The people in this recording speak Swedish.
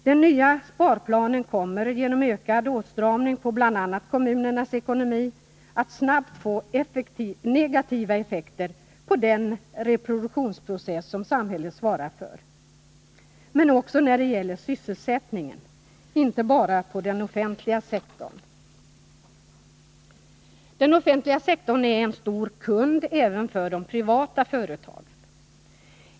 Den nya sparplanen kommer på grund av ökad åtstramning beträffande bl.a. kommunernas ekonomi att snabbt få negativa effekter på den reproduktionsprocess som samhället svarar för. Det gäller också sysselsättningen, inte bara inom den offentliga sektorn. Den offentliga sektorn är en stor kund även för de privata företagen.